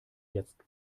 jetzt